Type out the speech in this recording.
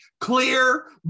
clear